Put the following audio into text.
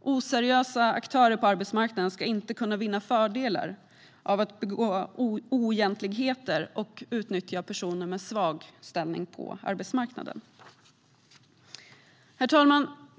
Oseriösa aktörer på arbetsmarknaden ska inte kunna vinna fördelar genom att begå oegentligheter och utnyttja personer med svag ställning på arbetsmarknaden. Herr talman!